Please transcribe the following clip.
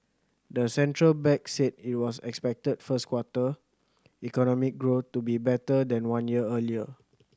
the central bank said it was expected first quarter economic growth to be better than one year earlier